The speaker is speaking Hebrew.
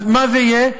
אז מה זה יהיה?